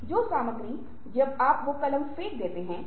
सोचिए ध्यान से देखिए कि आप वास्तव में क्या चाहते हैं